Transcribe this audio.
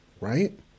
right